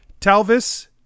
Talvis